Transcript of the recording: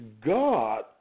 God